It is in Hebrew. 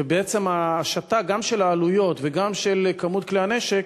ובעצם ההשתה, גם של העלויות וגם של כמות כלי הנשק,